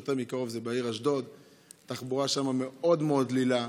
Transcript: יותר מקרוב: בעיר אשדוד התחבורה מאוד מאוד דלילה,